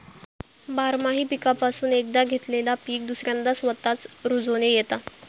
बारमाही पीकापासून एकदा घेतलेला पीक दुसऱ्यांदा स्वतःच रूजोन येता